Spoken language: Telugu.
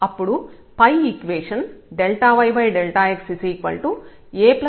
అప్పుడు పై ఈక్వేషన్ yx Aϵ అవుతుంది